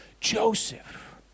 Joseph